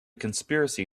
conspiracy